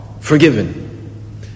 forgiven